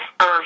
earth